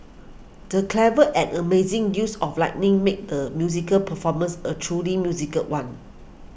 the clever and amazing use of lighting made the musical performance a truly musical one